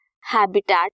habitat